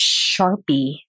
Sharpie